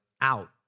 out